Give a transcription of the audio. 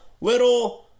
little